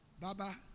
Baba